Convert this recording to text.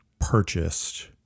purchased